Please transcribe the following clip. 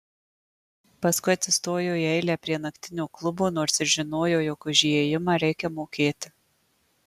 paskui atsistojo į eilę prie naktinio klubo nors ir žinojo jog už įėjimą reikia mokėti